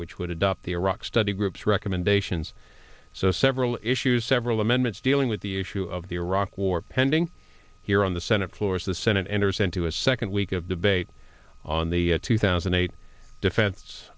which would adopt the iraq study group's recommendations several issues several amendments dealing with the issue of the iraq war pending here on the senate floor as the senate enters into a second week of debate on the two thousand and eight defen